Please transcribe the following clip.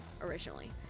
originally